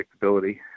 predictability